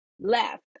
left